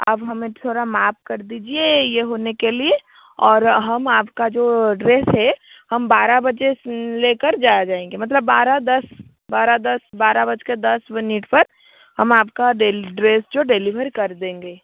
आप हमें थोड़ा माफ़ कर दीजिए ये होने के लिे और हम आपका जो ड्रेस है हम बारह बजे ले कर जा जाएंगे मतलब बारह दस बारह दस बारह बज के दस मनिट पर हम आपका डेल ड्रेस जो डेलिवर कर देंगे